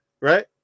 right